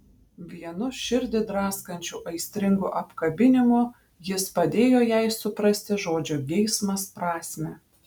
vienu širdį draskančiu aistringu apkabinimu jis padėjo jai suprasti žodžio geismas prasmę